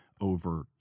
over